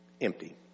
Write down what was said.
empty